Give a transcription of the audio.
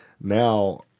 now